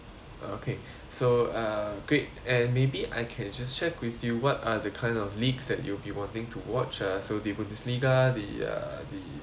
okay so uh great and maybe I can just check with you what are the kind of league that you'll be wanting to watch uh so the Liga the uh the